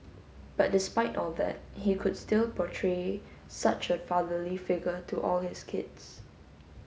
but despite all that he could still portray such a fatherly figure to all his kids